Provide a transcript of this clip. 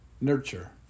nurture